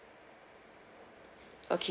okay